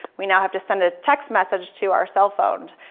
we now have to send a text message to our cell phone.